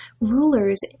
rulers